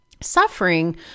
Suffering